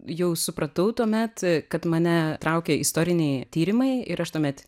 jau supratau tuomet kad mane traukė istoriniai tyrimai ir aš tuomet